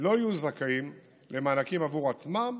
לא יהיו זכאים למענקים עבור עצמם,